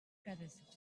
cadascú